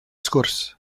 sgwrs